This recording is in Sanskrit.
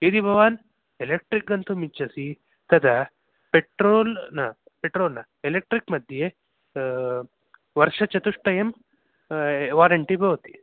यदि भवान् एलेक्ट्रिक् गन्तु इच्छसि तदा पेट्रोल् न पेट्रोल् न एलेक्ट्रिक् मध्ये वर्षचतुष्टयं वारेण्टि भवति